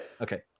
Okay